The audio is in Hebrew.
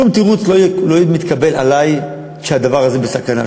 שום תירוץ לא מתקבל עלי כשהדבר הזה בסכנה.